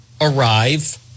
arrive